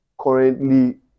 currently